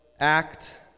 act